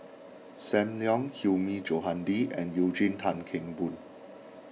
Sam Leong Hilmi Johandi and Eugene Tan Kheng Boon